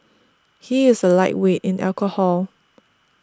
he is a lightweight in alcohol